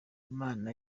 imana